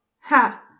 Ha